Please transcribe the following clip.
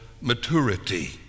maturity